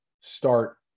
start